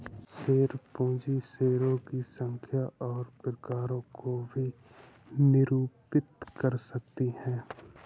share पूंजी शेयरों की संख्या और प्रकारों को भी निरूपित कर सकती है